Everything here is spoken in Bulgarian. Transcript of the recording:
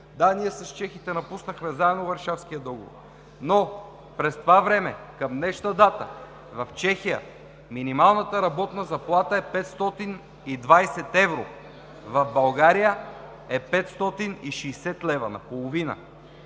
да, ние с чехите напуснахме заедно Варшавския договор, но през това време към днешна дата в Чехия минималната работна заплата е 520 евро, а в България е 560 лв. – наполовина.